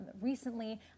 recently